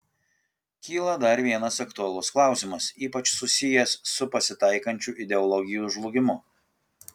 kyla dar vienas aktualus klausimas ypač susijęs su pasitaikančiu ideologijų žlugimu